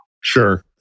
Sure